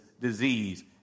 disease